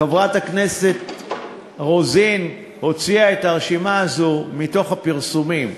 חברת הכנסת רוזין הוציאה את הרשימה הזו מתוך הפרסומים,